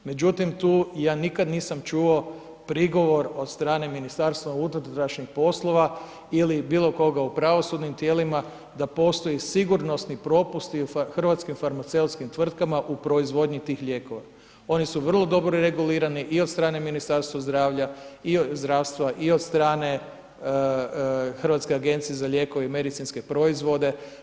Međutim, tu ja nikad nisam čuo prigovor od strane Ministarstva unutrašnjih poslova ili bilo koga u pravosudnim tijelima da postoji sigurnosni propusti u hrvatskim farmaceutski tvrtkama u proizvodnji tih lijekova, one su vrlo dobro regulirane i od strane Ministarstva zdravlja, i od, zdravstva, i od strane Hrvatske agencije za lijekove i medicinske proizvode.